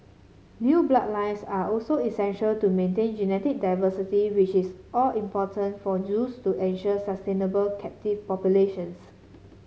new bloodlines are also essential to maintain genetic diversity which is all important for zoos to ensure sustainable captive populations